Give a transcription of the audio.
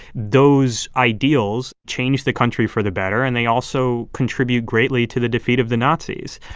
those ideals changed the country for the better, and they also contribute greatly to the defeat of the nazis.